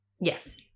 Yes